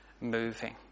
moving